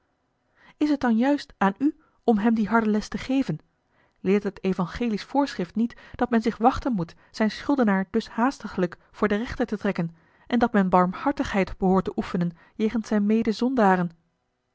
is t dan juist aan u om hem die harde les te geven leert het evangelisch voorschrift niet dat men zich wachten moet zijn schuldenaar dus haastiglijk voor den rechter te trekken en dat men barmhartigheid behoort te oefenen jegens zijne